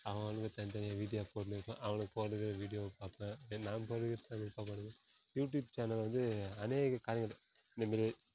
அவன் அவனுங்க தனித்தனியாக வீடியோ போட்டுன்னு இருக்கான் அவனுங்க போடுகிற வீடியோவை பார்ப்பேன் அதே நான் போடுகிற வீடியோவை அவனுங்க பார்ப்பானுங்க யூடியூப் சேனலில் வந்து அநேக காரியங்கள் இந்த மாரி